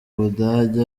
budage